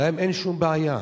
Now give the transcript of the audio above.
להם אין שום בעיה.